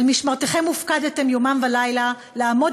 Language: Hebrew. "על משמרתכם הופקדתם יומם ולילה לעמוד